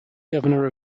governor